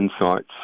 insights